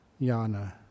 yana